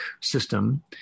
system